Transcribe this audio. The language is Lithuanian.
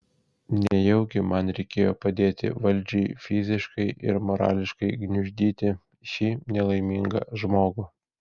nejaugi man reikėjo padėti valdžiai fiziškai ir morališkai gniuždyti šį nelaimingą žmogų